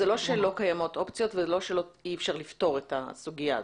זה לא שלא קיימת אופציות וזה לא אי אפשר לפתור את הסוגיה הזאת.